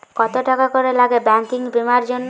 কত টাকা করে লাগে ব্যাঙ্কিং বিমার জন্য?